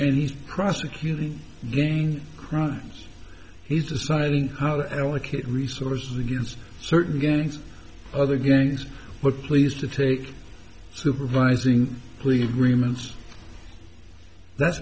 and he's prosecuting again crimes he's deciding how to allocate resources against certain gangs other gangs but pleased to take supervising plea agreements that's